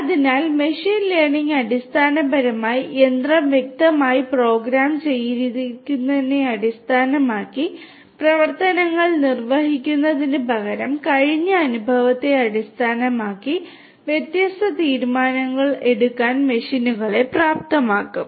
അതിനാൽ machine learning അടിസ്ഥാനപരമായി യന്ത്രം വ്യക്തമായി പ്രോഗ്രാം ചെയ്തിരിക്കുന്നതിനെ അടിസ്ഥാനമാക്കി പ്രവർത്തനങ്ങൾ നിർവഹിക്കുന്നതിനുപകരം കഴിഞ്ഞ അനുഭവത്തെ അടിസ്ഥാനമാക്കി വ്യത്യസ്ത തീരുമാനങ്ങൾ എടുക്കാൻ മെഷീനുകളെ പ്രാപ്തമാക്കും